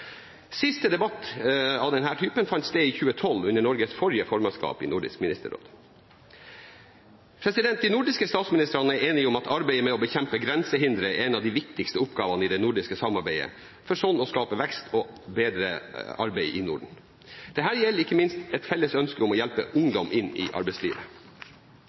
Siste debatt av denne typen fant sted i 2012 under Norges forrige formannskap i Nordisk ministerråd. De nordiske statsministrene er enige om at arbeidet med å bekjempe grensehindre er en av de viktigste oppgavene i det nordiske samarbeidet for å skape vekst og bedre arbeidet i Norden. Dette gjelder ikke minst et felles ønske om å hjelpe ungdom inn i arbeidslivet.